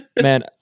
man